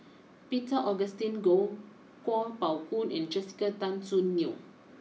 Peter Augustine Goh Kuo Pao Kun and Jessica Tan Soon Neo